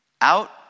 out